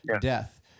death